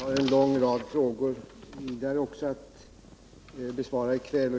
Herr talman! Vi har ytterligare en lång rad frågor att besvara i kväll.